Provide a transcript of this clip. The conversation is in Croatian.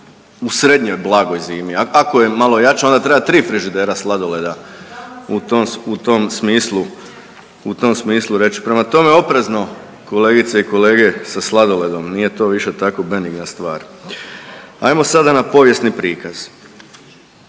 u srednjoj blagoj zimi, a ako je malo jača onda treba tri frižidera sladoleda u tom, u tom smislu, u tom smislu reći, prema tome oprezno kolegice i kolege sa sladoledom, nije to više tako benigna stvar. Ajmo sada na povijesni prikaz.